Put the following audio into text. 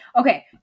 Okay